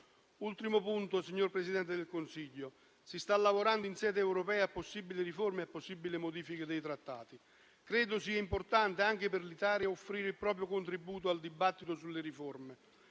ultimo punto, signor Presidente del Consiglio: si sta lavorando in sede europea a possibili riforme e a possibili modifiche dei trattati. Credo sia importante, anche per l'Italia, offrire il proprio contributo al dibattito sulle riforme,